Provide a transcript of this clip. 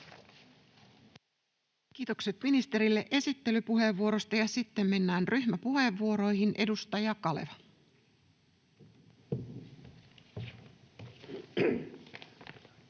Kiitokset ministerille esittelypuheenvuorosta. — Ja sitten mennään ryhmäpuheenvuoroihin. Edustaja Kaleva.